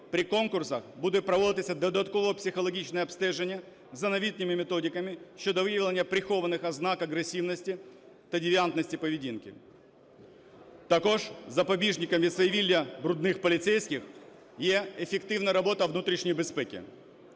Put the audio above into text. при конкурсах буде проводитися додаткове психологічне обстеження за новітніми методиками щодо виявлення прихованих ознак агресивності та девіантності поведінки. Також запобіжниками свавілля "брудних" поліцейських є ефективна робота внутрішньої безпеки.